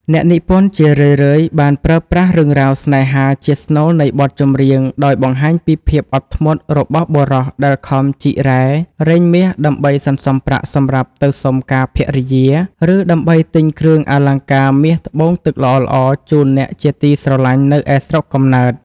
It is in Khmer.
អ្នកនិពន្ធជារឿយៗបានប្រើប្រាស់រឿងរ៉ាវស្នេហាជាស្នូលនៃបទចម្រៀង ដោយបង្ហាញពីភាពអត់ធ្មត់របស់បុរសដែលខំជីករ៉ែរែងមាសដើម្បីសន្សំប្រាក់សម្រាប់ទៅសុំការភរិយា ឬដើម្បីទិញគ្រឿងអលង្ការមាសត្បូងទឹកល្អៗជូនអ្នកជាទីស្រឡាញ់នៅឯស្រុកកំណើត។